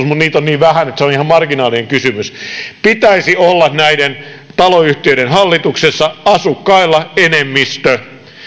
niitä on niin vähän että se on ihan marginaalinen kysymys näiden taloyhtiöiden hallituksessa pitäisi olla asukkailla enemmistö